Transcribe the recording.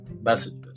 messages